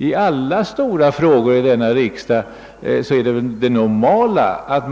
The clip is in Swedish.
I alla stora frågor i riksdagen är det normalt att